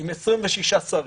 עם 26 שרים,